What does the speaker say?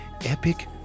epic